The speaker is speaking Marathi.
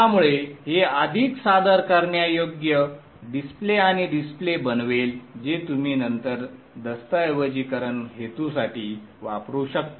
त्यामुळे हे अधिक सादर करण्यायोग्य डिस्प्ले आणि डिस्प्ले बनवेल जे तुम्ही नंतर दस्तऐवजीकरण हेतूंसाठी वापरू शकता